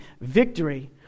victory